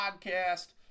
Podcast